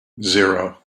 zero